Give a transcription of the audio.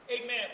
Amen